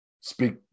speak